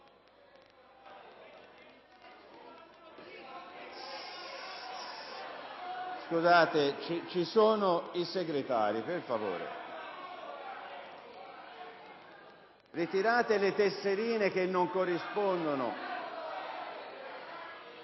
Scusate, ci sono i senatori Segretari. Per favore, ritirate le tessere che non corrispondono